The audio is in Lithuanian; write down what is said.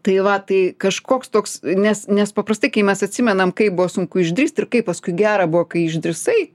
tai va tai kažkoks toks nes nes paprastai kai mes atsimenam kaip buvo sunku išdrįst ir kaip paskui gera buvo kai išdrįsai